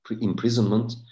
imprisonment